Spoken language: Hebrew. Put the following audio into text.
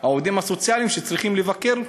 על כך, העובדים הסוציאליים שצריכים לבקר,